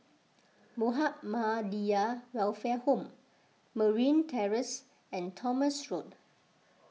Muhammadiyah Welfare Home Marine Terrace and Thomson Road